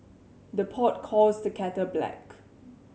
the pot calls the kettle black